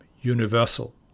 universal